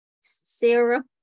Sarah